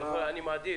אני אשאל אותך שאלה.